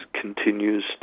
continues